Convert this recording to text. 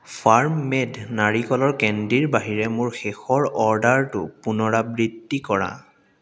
farm made নাৰিকলৰ কেণ্ডিৰ বাহিৰে মোৰ শেষৰ অৰ্ডাৰটো পুনৰাবৃত্তি কৰা